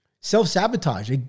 self-sabotage